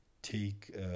take